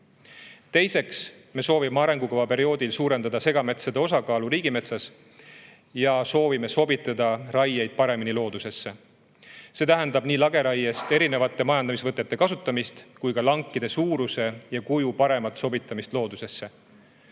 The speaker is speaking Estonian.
Teiseks soovime arengukava perioodil suurendada segametsade osakaalu riigimetsas ja soovime sobitada raieid paremini loodusesse. See tähendab nii lageraiest erinevate majandamisvõtete kasutamist kui ka lankide suuruse ja kuju paremat sobitumist loodusesse.